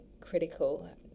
critical